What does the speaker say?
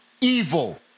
evil